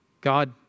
God